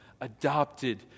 adopted